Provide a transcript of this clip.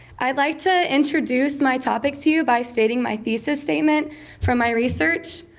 i'd like to introduce my topic to you by stating my thesis statement from my research.